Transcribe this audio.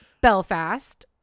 Belfast